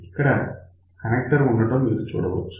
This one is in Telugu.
ఇక్కడ కనెక్టర్ ఉండటం మీరు చూడవచ్చు